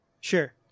Sure